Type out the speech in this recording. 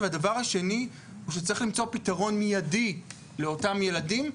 והדבר השני, שצריך למצוא פתרון מידי לאותם ילדים,